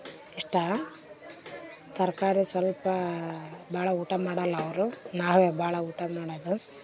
ಇಷ್ಟ ತರಕಾರಿ ಸ್ವಲ್ಪ ಭಾಳ ಊಟಮಾಡೋಲ್ಲ ಅವರು ನಾವೇ ಭಾಳ ಊಟ ಮಾಡೋದು